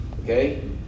Okay